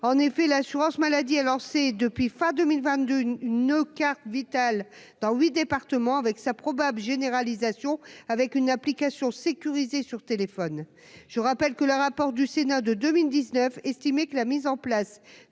en effet, l'assurance maladie est lancé depuis fin 2022 une une carte vitale dans 8 départements, avec sa probable généralisation avec une application sécurisés sur téléphone, je vous rappelle que le rapport du Sénat de 2019 estimé que la mise en place